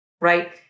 right